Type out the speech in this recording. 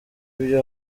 byo